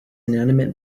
inanimate